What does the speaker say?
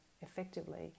effectively